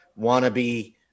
wannabe